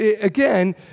again